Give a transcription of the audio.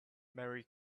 merry